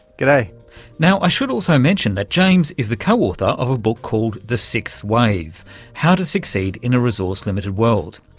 g'day. now, i should also mention that james is the co-author of a book called the sixth wave how to succeed in a resource limited world.